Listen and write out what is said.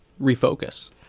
Refocus